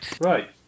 Right